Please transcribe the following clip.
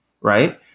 right